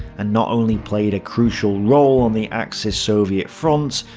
and not only played a crucial role on the axis-soviet front,